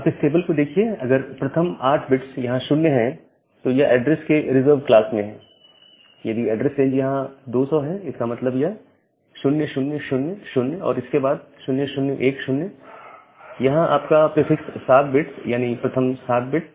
आप इस टेबल को देखिए अगर प्रथम 8 बिट्स यहां 0 हैं तो यह एड्रेस के रिजर्व्ड क्लास में है यदि एड्रेस रेंज यहां 200 है तो इसका मतलब यह 0000 और इसके बाद 0010 है यहां आपका प्रीफिक्स 7 बिट्स यानी प्रथम 7 बिट